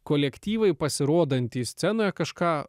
kolektyvai pasirodantys scenoje kažką